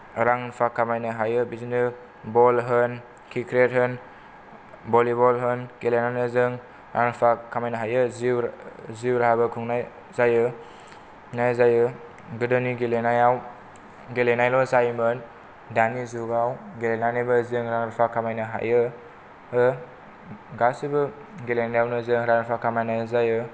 रां रुफा खामायनो हायो बिदिनो बल होन क्रिकेट होन भलिबल होन गेलेनानै जों खामायनो हायो जिउ जिउ राहाबो खुंनाय जायो गोदोनि गेलेनायाव गेलेनायल' जायोमोन दानि जुगाव गेलेनानैबो जोङो रां रुफा खामायनो हायो गासैबो गेलेनायावनो जों रां रुफा खामायनाय जायो